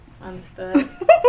Understood